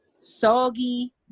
Soggy